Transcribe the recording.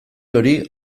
hori